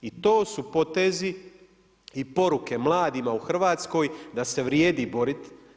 I to su potezi i poruke mladima u Hrvatskoj da se vrijedi boriti.